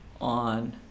on